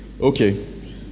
Okay